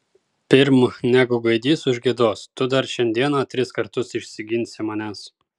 pirm negu gaidys užgiedos tu dar šiandieną tris kartus išsiginsi manęs